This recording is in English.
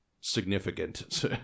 significant